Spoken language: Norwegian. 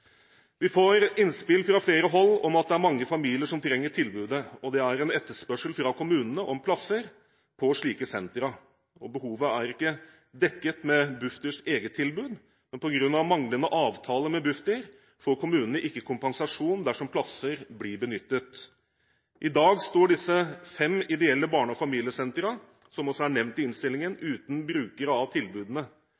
Vi får innspill fra flere hold om at det er mange familier som trenger tilbudet, og det er etterspørsel fra kommunene etter plasser på slike sentre. Behovet er ikke dekket med Bufdirs eget tilbud, men på grunn av manglende avtale med Bufdir, får kommunene ikke kompensasjon dersom plasser blir benyttet. I dag står disse fem ideelle barne- og familiesentrene, som også er nevnt i innstillingen,